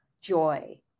joy